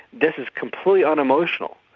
this is completely unemotional.